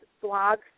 blog